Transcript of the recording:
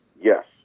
Yes